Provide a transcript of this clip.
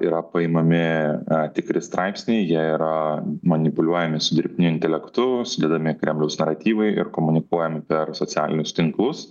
yra paimami tikri straipsniai jie yra manipuliuojami su dirbtiniu intelektu sudedami kremliaus naratyvai ir komunikuojam per socialinius tinklus